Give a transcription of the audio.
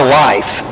life